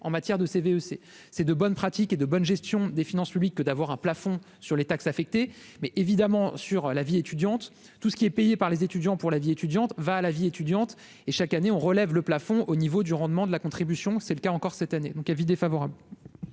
en matière de CV E c'est c'est de bonnes pratiques et de bonne gestion des finances publiques que d'avoir un plafond sur les taxes affectées mais évidemment sur la vie étudiante, tout ce qui est payé par les étudiants pour la vie étudiante va à la vie étudiante et chaque année on relève le plafond au niveau du rendement de la contribution, c'est le cas encore cette année, donc avis défavorable.